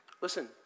Listen